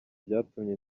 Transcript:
byatumye